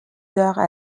heures